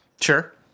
Sure